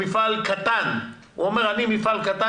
מפעל קטן והוא אומר שהוא מפעל קטן